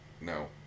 No